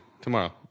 tomorrow